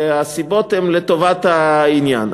והסיבות הן לטובת העניין.